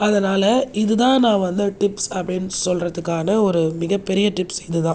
அதனால் இதுதான் நான் வந்து டிப்ஸ் அப்படின்னு சொல்றதுக்கான ஒரு மிகப்பெரிய டிப்ஸ் இதுதான்